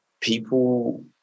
people